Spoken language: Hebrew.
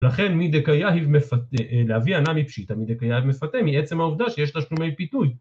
‫לכן מדקא יהיב מפתה, ‫לאביה נמי פשיטא, מדקא יהיב מפתה, ‫מעצם העובדה שיש תשלומי פיתוי.